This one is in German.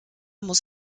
muss